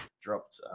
dropped